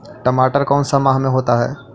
टमाटर कौन सा माह में होता है?